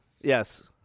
Yes